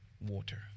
water